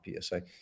PSA